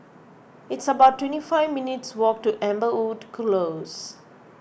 it's about twenty five minutes' walk to Amberwood Close